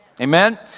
amen